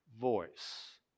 voice